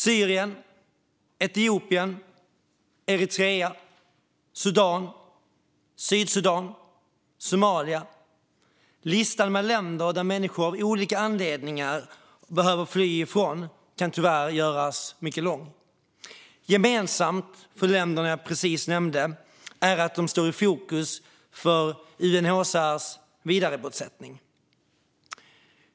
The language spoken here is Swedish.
Syrien, Etiopien, Eritrea, Sudan, Sydsudan, Somalia - listan med länder som människor av olika anledningar behöver fly ifrån kan tyvärr göras mycket lång. Gemensamt för länderna jag precis nämnde är att de står i fokus för UNHCR:s vidarebosättning.